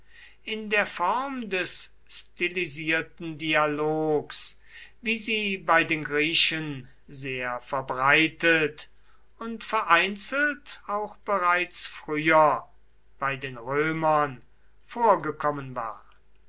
in der form des stilisierten dialogs wie sie bei den griechen sehr verbreitet und vereinzelt auch bereits früher bei den römern vorgekommen war